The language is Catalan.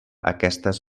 aquestes